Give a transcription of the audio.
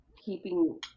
keeping